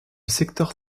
secteur